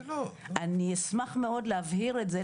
אני אשמח מאוד להבהיר את זה,